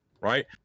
right